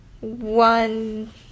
one